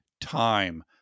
time